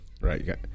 right